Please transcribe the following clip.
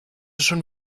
schon